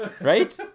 Right